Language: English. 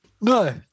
no